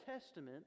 Testament